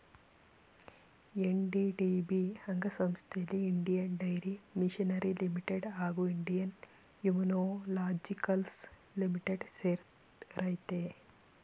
NDDB ಅಂಗಸಂಸ್ಥೆಲಿ Indian Dairy Machinery Limited ಹಾಗೂ Indian Immunologicals Limited ಸೇರಯ್ತೆ